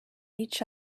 each